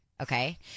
Okay